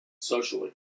socially